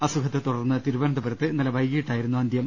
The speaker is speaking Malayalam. അസുഖത്തെ തുടർന്ന് തിരുവനന്തപുരത്ത് ഇന്നലെ വൈകിട്ടായിരുന്നു അന്ത്യം